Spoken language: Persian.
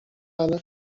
الان